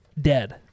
dead